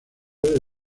del